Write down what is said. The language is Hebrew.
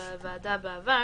בסדר.